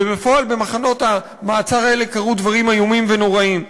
ובפועל במחנות המעצר האלה קרו דברים איומים ונוראים.